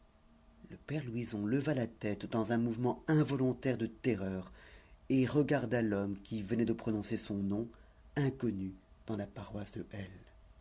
le père louison leva la tête dans un mouvement involontaire de terreur et regarda l'homme qui venait de prononcer ce nom inconnu dans la paroisse de